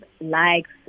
likes